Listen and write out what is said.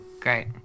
great